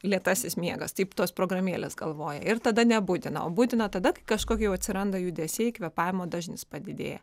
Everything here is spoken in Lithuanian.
lėtasis miegas taip tos programėlės galvoja ir tada nebudina o budina tada kai kažkokie atsiranda judesiai kvėpavimo dažnis padidėja